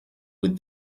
with